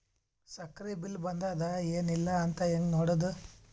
ಸಕ್ರಿ ಬಿಲ್ ಬಂದಾದ ಏನ್ ಇಲ್ಲ ಅಂತ ಹೆಂಗ್ ನೋಡುದು?